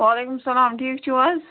وعلیکُم سلام ٹھیٖک چھُو حظ